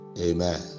Amen